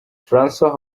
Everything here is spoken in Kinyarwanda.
francois